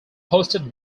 hosted